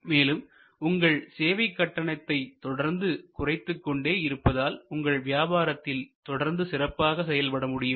மேலும் உங்கள் சேவை கட்டணத்தை தொடர்ந்து குறைத்துக் கொண்டே இருப்பதால் உங்களால் வியாபாரத்தை தொடர்ந்து சிறப்பாக செய்ய முடியும்